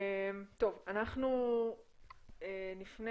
אנחנו נפנה